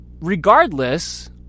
regardless